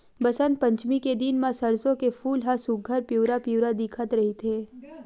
बसंत पचमी के दिन म सरसो के फूल ह सुग्घर पिवरा पिवरा दिखत रहिथे